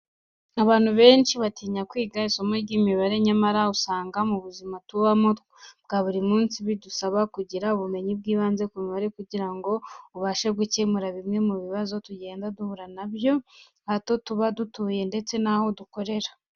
Abantu benshi batinya kwiga isomo ry'imibare, nyamara kandi ugasanga mu buzima tubamo bwa buri munsi bidusaba kugira ubumenyi bw'ibanze ku mibare kugira ngo ubashe gukemura bimwe mu bibazo tugenda duhura na byo aho tuba dutuye ndetse n'aho dukorera.